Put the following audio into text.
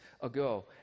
ago